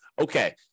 okay